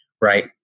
right